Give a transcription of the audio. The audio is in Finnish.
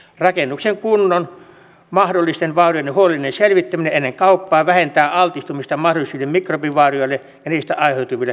rakennuksen kunnon ja mahdollisten vaurioiden huolellinen selvittäminen ennen kauppaa vähentää altistumista mahdollisille mikrobivaurioille ja niistä aiheutuville terveyshaitoille